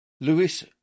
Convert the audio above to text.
Lewis